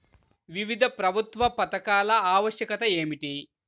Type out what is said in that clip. వివిధ ప్రభుత్వా పథకాల ఆవశ్యకత ఏమిటి?